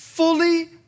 fully